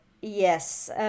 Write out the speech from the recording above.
Yes